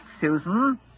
Susan